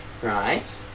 Right